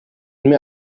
kann